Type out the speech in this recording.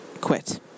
quit